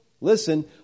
listen